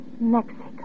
Mexico